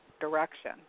direction